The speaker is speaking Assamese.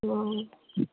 অ'